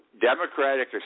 Democratic